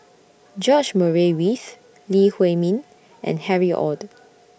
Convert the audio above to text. George Murray Reith Lee Huei Min and Harry ORD